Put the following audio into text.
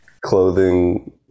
Clothing